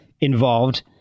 involved